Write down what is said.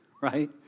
Right